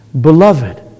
Beloved